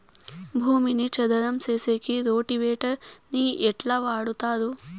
భూమిని చదరం సేసేకి రోటివేటర్ ని ఎట్లా వాడుతారు?